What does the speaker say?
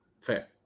Fair